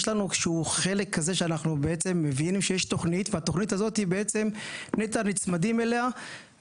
יש לנו חלק כזה שאנחנו מבינים שיש תכנית ונת"ע נצמדים לתכנית הזאת,